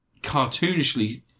cartoonishly